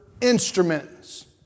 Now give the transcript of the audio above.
instruments